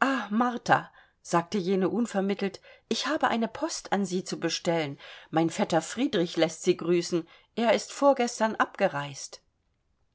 ah martha sagte jene unvermittelt ich habe eine post an sie zu bestellen mein vetter friedrich läßt sie grüßen er ist vorgestern abgereist